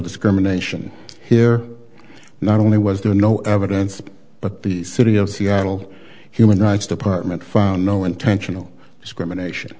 discrimination here not only was there no evidence but the city of seattle human rights department found no intentional discrimination